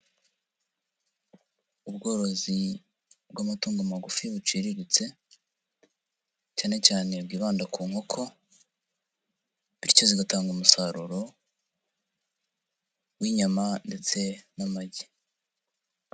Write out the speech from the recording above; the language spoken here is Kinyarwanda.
Ubworozi bw'amatungo magufi buciriritse, cyane cyane bwibanda ku nkoko bityo zigatanga umusaruro w'inyama ndetse n'amagi.